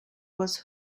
was